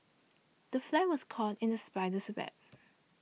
the fly was caught in the spider's web